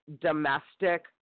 domestic